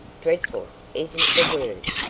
dreadful isn't the word.